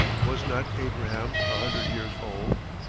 was not abraham a hundred years old,